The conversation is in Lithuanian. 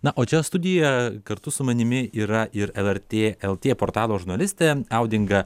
na o čia studijoje kartu su manimi yra ir lrt lt portalo žurnalistė audinga